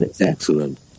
Excellent